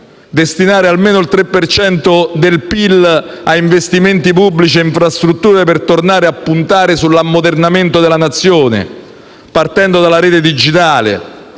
destinare almeno il 3 per cento del PIL a investimenti pubblici e infrastrutture, per tornare a puntare sull'ammodernamento della Nazione, partendo dalla rete digitale,